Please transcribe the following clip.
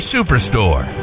Superstore